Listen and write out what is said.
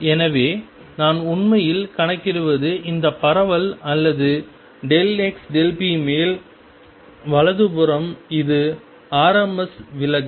எனவே நான் உண்மையில் கணக்கிடுவது இந்த பரவல் அல்லது x pமேல் வலது புறம் இது rms விலகல்